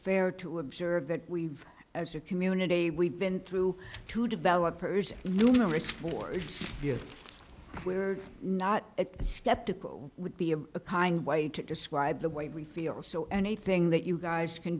fair to observe that we've as a community we've been through two developers numerous for if you we're not at the skeptical would be a kind way to describe the way we feel so anything that you guys can